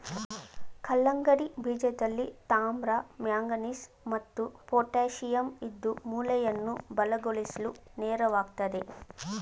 ಕಲ್ಲಂಗಡಿ ಬೀಜದಲ್ಲಿ ತಾಮ್ರ ಮ್ಯಾಂಗನೀಸ್ ಮತ್ತು ಪೊಟ್ಯಾಶಿಯಂ ಇದ್ದು ಮೂಳೆಯನ್ನ ಬಲಗೊಳಿಸ್ಲು ನೆರವಾಗ್ತದೆ